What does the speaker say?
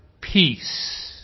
peace